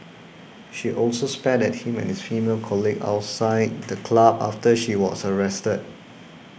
she also spat at him and his female colleague outside the club after she was arrested